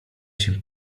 się